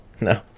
No